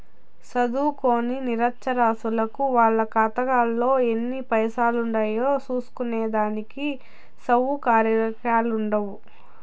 సదుంకోని నిరచ్చరాసులకు వాళ్ళ కాతాలో ఎన్ని పైసలుండాయో సూస్కునే దానికి సవుకర్యాలుండవ్